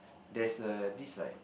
there's a this like